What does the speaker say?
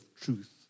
truth